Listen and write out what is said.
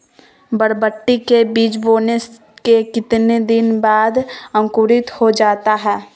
बरबटी के बीज बोने के कितने दिन बाद अंकुरित हो जाता है?